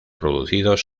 producidos